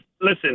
listen